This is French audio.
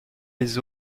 les